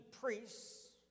priests